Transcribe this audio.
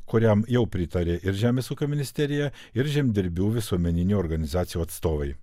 kuriam jau pritarė ir žemės ūkio ministerija ir žemdirbių visuomeninių organizacijų atstovai